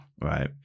Right